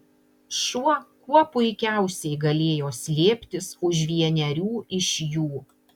šuo kuo puikiausiai galėjo slėptis už vienerių iš jų